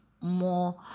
more